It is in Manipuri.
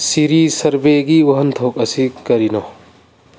ꯁꯤꯔꯤ ꯁꯔꯕꯦꯒꯤ ꯋꯥꯍꯟꯊꯣꯛ ꯑꯁꯤ ꯀꯔꯤꯅꯣ